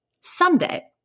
Someday